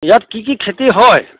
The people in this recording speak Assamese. ইয়াত কি কি খেতি হয়